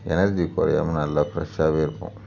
energy குறையாம நல்லா ஃப்ரெஷ்ஷாகவே இருப்போம்